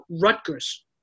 Rutgers